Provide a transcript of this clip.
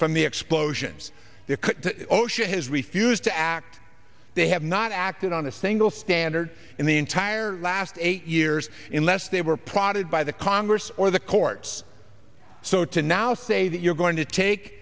from the explosions that osha has refused to act they have not acted on a single standard in the entire last eight years in less they were prodded by the congress or the courts so to now say that you're going to take